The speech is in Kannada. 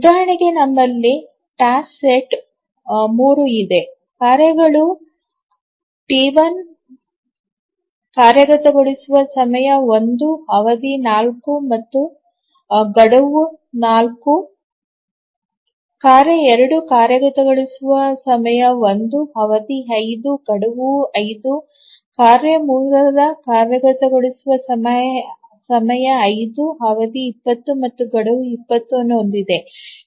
ಉದಾಹರಣೆಗೆ ನಮ್ಮಲ್ಲಿ ಟಾಸ್ಕ್ ಸೆಟ್ 3 ಇದೆ ಕಾರ್ಯಗಳು ಟಿ 1 ಕಾರ್ಯಗತಗೊಳಿಸುವ ಸಮಯ 1 ಅವಧಿ 4 ಗಡುವು 4 ಕಾರ್ಯ 2 ಕಾರ್ಯಗತಗೊಳಿಸುವ ಸಮಯ 1 ಅವಧಿ 5 ಗಡುವು 5 ಕಾರ್ಯ 3 ಕಾರ್ಯಗತಗೊಳಿಸುವ ಸಮಯ 5 ಅವಧಿ 20 ಮತ್ತು ಗಡುವು 20 ಅನ್ನು ಹೊಂದಿದೆ